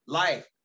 life